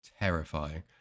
terrifying